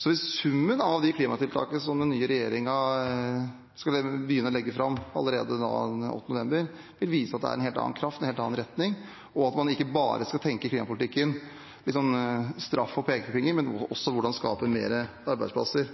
Summen av alle klimatiltakene som den nye regjeringen skal begynne å legge fram allerede 8. november, vil vise at det er en helt annen kraft og retning, og at man ikke bare skal tenke straff og pekefinger i klimapolitikken, men også på hvordan man skaper flere arbeidsplasser.